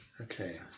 Okay